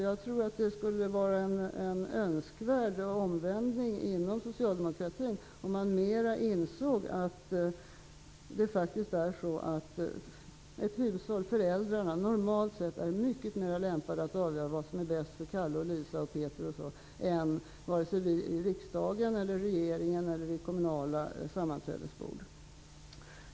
Jag tror det skulle vara en önskvärd omvändning inom socialdemokratin om man insåg att föräldrarna normalt sett är mycket mera lämpade att avgöra vad som är bäst för Kalle, Lisa, Peter osv., än vare sig vi i riksdagen, regeringen eller folk vid kommunala sammanträdesbord.